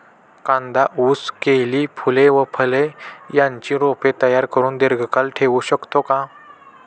कांदा, ऊस, केळी, फूले व फळे यांची रोपे तयार करुन दिर्घकाळ ठेवू शकतो का?